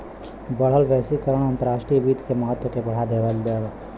बढ़ल वैश्वीकरण अंतर्राष्ट्रीय वित्त के महत्व के बढ़ा देहलेस